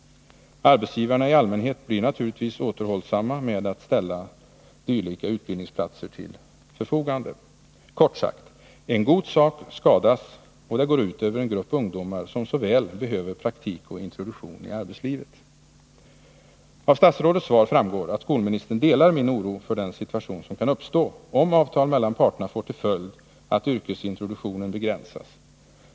Arbetsgivarna i allmänhet blir naturligtvis återhållsamma med att ställa dylika utbildningsplatser till förfogande. Kort sagt: En god sak skadas, och det går ut över en grupp ungdomar som så väl behöver praktik och introduktion i arbetslivet. Av statsrådets svar framgår att skolministern delar min oro för den situation som kan uppstå om avtal mellan parterna får till följd att yrkesintroduktionen begränsas.